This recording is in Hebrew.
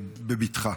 בבטחה.